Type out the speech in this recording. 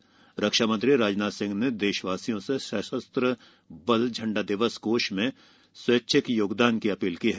उधर रक्षामंत्री राजनाथ सिंह ने देशवासियों से सशस्त्र बल झंडा दिवस कोष में स्वैच्छिक योगदान की अपील की है